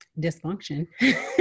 dysfunction